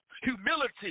humility